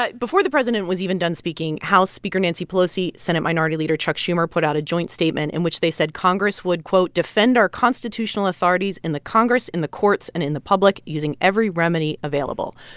but before the president was even done speaking, house speaker nancy pelosi, senate minority leader chuck schumer put out a joint statement in which they said congress would, quote, defend our constitutional authorities in the congress, in the courts and in the public using every remedy available.